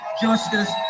justice